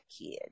kid